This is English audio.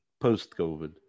post-COVID